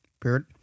Period